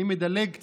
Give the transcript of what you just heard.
אני מדלג קצת: